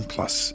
Plus